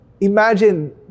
imagine